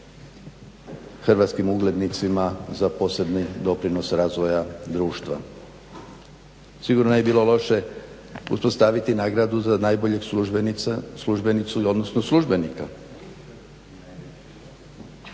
hrvatskim uglednicima za posebne doprinose razvoja društva. Sigurno ne bi bilo loše uspostaviti nagradu za najboljeg službenicu ili odnosno službenika.